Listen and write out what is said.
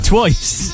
Twice